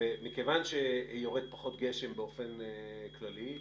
ומכיוון שיורד פחות גשם באופן כללי,